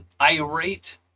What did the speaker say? irate